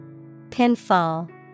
Pinfall